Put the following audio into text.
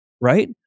right